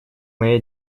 моя